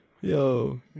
Yo